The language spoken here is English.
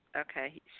Okay